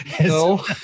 No